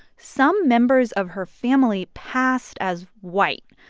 some members of her family passed as white,